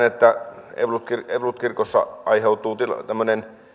että evankelisluterilainen kirkossa aiheutuu tämmöinen